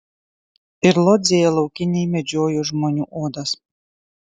ir lodzėje laukiniai medžiojo žmonių odas